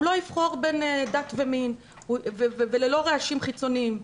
הוא לא יבחר בין דת ומין וללא רעשים חיצוניים.